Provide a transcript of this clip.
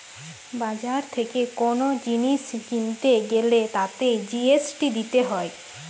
বাজার থেকে কোন জিনিস কিনতে গ্যালে তাতে জি.এস.টি দিতে হয়